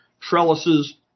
trellises